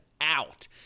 out